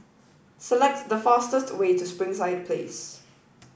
select the fastest way to Springside Place